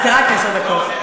זה רק עשר דקות.